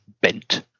bent